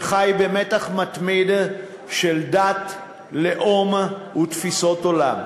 שחי במתח מתמיד של דת, לאום ותפיסות עולם,